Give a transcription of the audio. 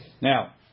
Now